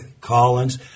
Collins